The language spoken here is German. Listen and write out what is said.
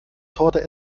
torte